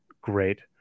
great